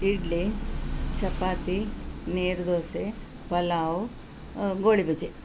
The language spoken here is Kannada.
ಇಡ್ಲಿ ಚಪಾತಿ ನೀರು ದೋಸೆ ಪಲಾವ್ ಗೋಳಿಬಜೆ